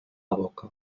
boca